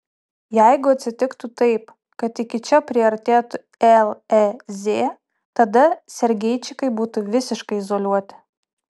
jeigu atsitiktų taip kad iki čia priartėtų lez tada sergeičikai būtų visiškai izoliuoti